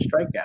strikeout